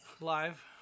live